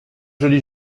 joli